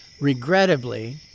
Regrettably